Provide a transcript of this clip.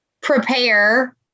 prepare